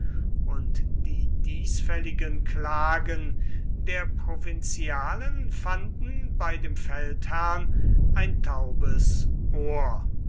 und die desfälligen klagen der provinzialen fanden bei dem feldherrn ein taubes ohr